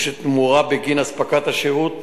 והתמורה בגין אספקת השירות